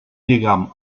lligam